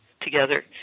together